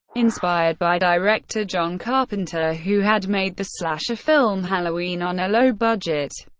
inspired by director john carpenter, who had made the slasher film halloween on a low budget,